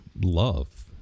love